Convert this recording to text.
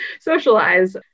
socialize